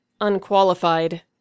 unqualified